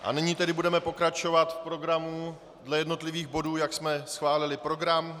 A nyní tedy budeme pokračovat v programu dle jednotlivých bodů, jak jsme schválili program.